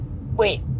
Wait